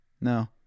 No